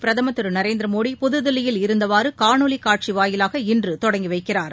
பிரதமர் திரு நரேந்திர மோடி புதுதில்லியில் இருந்தவாறு காணொலி காட்சி வாயிலாக இன்று தொடங்கி வைக்கிறார்